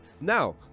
now